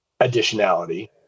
additionality